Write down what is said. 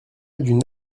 d’une